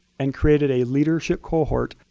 and created a leadership cohort,